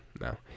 no